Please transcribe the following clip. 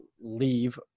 leave